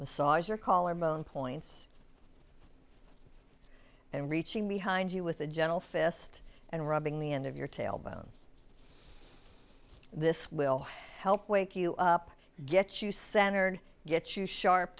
massage your caller moan points and reaching behind you with a gentle fist and rubbing the end of your tailbone this will help wake you up get you centered get you sharp